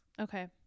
Okay